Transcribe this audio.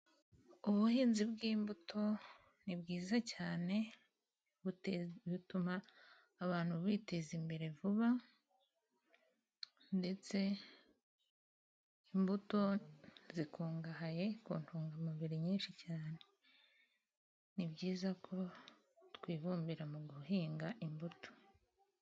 Ubuhinzi bwimbuto ni bwiza cyane butuma abantu biteza imbere vuba, ndetse imbuto zikungahaye ku ntungamubiri nyinshi cyane. Ni byiza ko twibumbira mu guhinga imbuto.